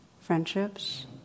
friendships